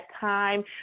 time